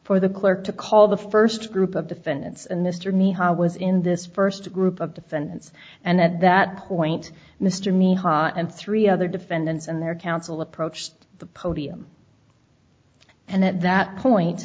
for the clerk to call the first group of defendants and mr me was in this first group of defendants and at that point mr me ha and three other defendants and their counsel approached the podium and at that point